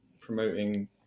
promoting